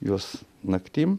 juos naktim